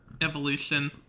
evolution